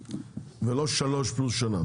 ולא שלוש שנים פלוס שנה.